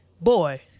boy